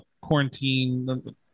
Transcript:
quarantine